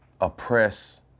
oppress